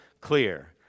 clear